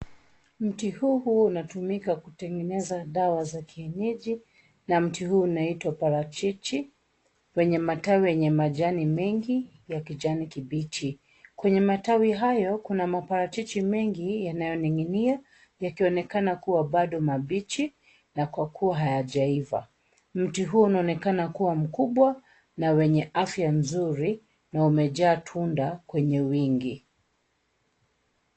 Mti huu huu unatumika kutengeneza dawa za kienyeji na mti huu unaitwa parachichi wenye matawi yenye majani mengi ya kijani kibichi. Kwenye matawi hayo, kuna maparachichi mengi yanayoning'inia yakionekana kuwa bado mabichi na kwa kuwa hayajaiva. Mti huu unaonekana kuwa mkubwa na wenye afya nzuri na umejaa tunda kwenye wingi.